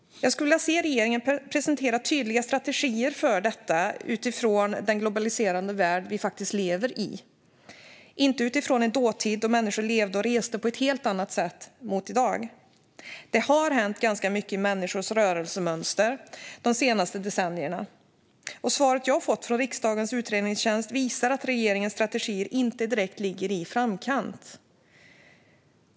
Jag skulle vilja se regeringen presentera tydliga strategier för detta utifrån den globaliserade värld vi faktiskt lever i, inte utifrån en dåtid då människor levde och reste på ett helt annat sätt än i dag. Det har hänt ganska mycket i människors rörelsemönster de senaste decennierna. Svaret jag fått från riksdagens utredningstjänst visar att regeringens strategier inte direkt ligger i framkant.